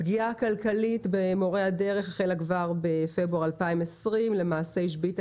הפגיעה הכלכלית במורי הדרך החלה כבר בפברואר 2020. למעשה השביתה